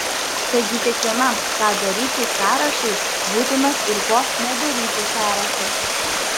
taigi kiekvienam ką daryti sąrašui būtinas ir ko nedaryti sąrašas